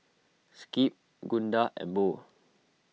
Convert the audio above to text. Skip Gunda and Bo